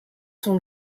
son